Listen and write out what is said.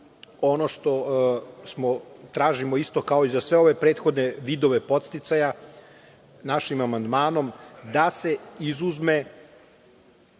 Ono što tražimo kao i za sve prethodne vidove podsticaja našim amandmanom, da se izuzmu